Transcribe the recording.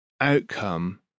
outcome